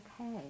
Okay